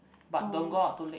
but don't go out too late